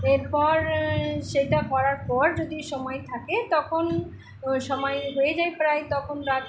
এরপর সেটা করার পর যদি সময় থাকে তখন সময় হয়ে যায় প্রায় তখন রাত